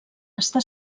està